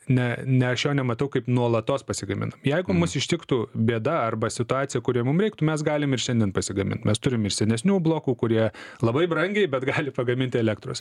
ne ne aš jo nematau kaip nuolatos pasigaminam jeigu mus ištiktų bėda arba situacija kurioj mum reiktų mes galim ir šiandien pasigamint mes turim ir senesnių blokų kurie labai brangiai bet gali pagaminti elektros